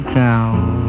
town